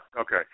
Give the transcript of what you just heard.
okay